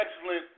excellent